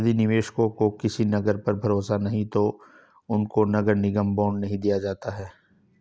यदि निवेशकों को किसी नगर पर भरोसा नहीं है तो उनको नगर निगम बॉन्ड नहीं दिया जाता है